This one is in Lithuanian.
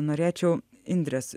norėčiau indrės